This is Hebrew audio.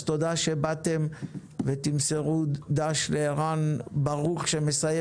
אז תודה שבאתם ותמסרו ד"ש לערן ברוך שמסיים